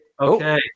okay